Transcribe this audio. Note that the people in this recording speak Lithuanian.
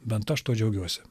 bent aš tuo džiaugiuosi